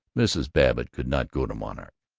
mrs. babbitt could not go to monarch.